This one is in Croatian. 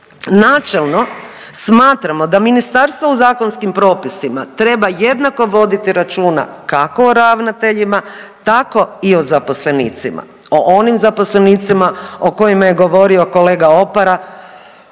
Načelno smatramo da Ministarstvo u zakonskim propisima treba jednako voditi računa kako o ravnateljima, tako i o zaposlenicima, o onim zaposlenicima o kojima je govorio kolega Opara